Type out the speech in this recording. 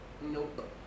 nope